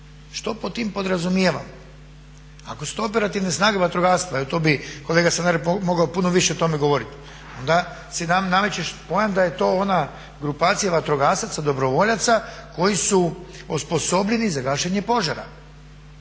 što pod tim podrazumijevamo? Ako su to operativne snage vatrogastva, evo to bi kolega Sanader mogao puno više o tome govoriti, onda se nameće pojam da je to ona grupacija vatrogasaca dobrovoljaca koji su osposobljeni za gašenje požara,